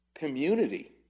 community